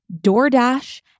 DoorDash